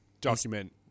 document